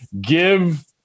give